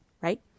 right